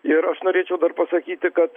ir aš norėčiau dar pasakyti kad